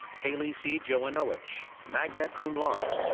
hailey c. jowanowitch, magna cum laude.